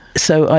so,